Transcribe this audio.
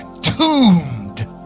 tuned